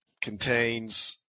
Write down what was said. contains